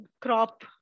crop